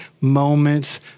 moments